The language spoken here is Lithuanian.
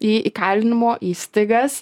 į įkalinimo įstaigas